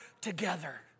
together